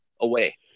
away